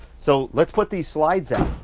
so let's put these slides out.